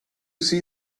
see